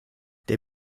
der